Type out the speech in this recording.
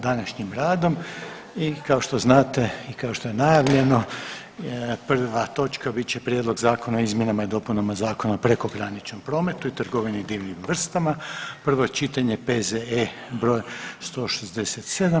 današnjim radom i kao što znate i kao što je najavljeno prva točka bit će Prijedlog zakona o izmjenama i dopunama Zakona o prekograničnom prometu i trgovini divljim vrstama, prvo čitanje, P.Z.E. br. 167.